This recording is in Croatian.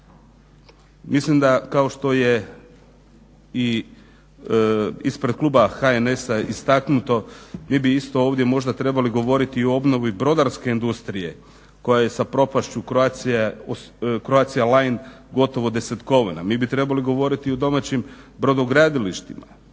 Mislim da kao što je i ispred kluba HNS-a istaknuto mi bi isto ovdje možda trebali govoriti i o obnovi brodarske industrije koja je sa propašću Croatia Line gotovo desetkovana, mi bi trebali govoriti o domaćim brodogradilištima,